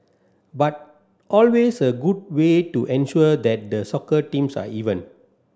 but always a good way to ensure that the soccer teams are even